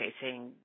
facing